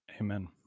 Amen